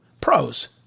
pros